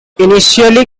initially